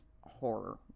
horror